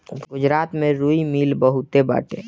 गुजरात में रुई मिल बहुते बाटे